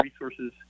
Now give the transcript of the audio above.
resources